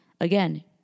Again